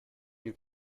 you